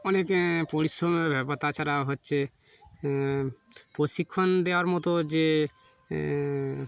অনেক পরিশ্রমের ব্যাপার তাছাড়া হচ্ছে প্রশিক্ষণ দেওয়ার মতো যে